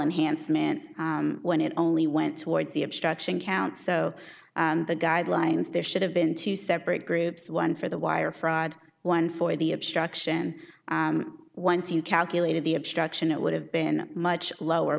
man when it only went towards the obstruction count so the guidelines there should have been two separate groups one for the wire fraud one for the obstruction once you calculated the obstruction it would have been much lower